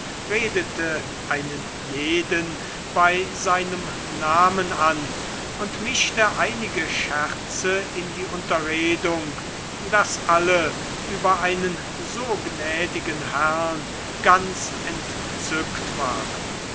redete einen jeden bei seinem namen an und mischte einige scherze in die unterredung daß alle über einen so gnädigen herrn ganz entzückt waren